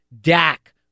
Dak